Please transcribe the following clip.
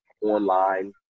online